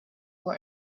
for